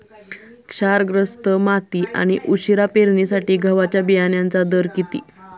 क्षारग्रस्त माती आणि उशिरा पेरणीसाठी गव्हाच्या बियाण्यांचा दर किती?